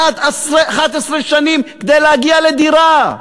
11 שנים כדי להגיע לדירה.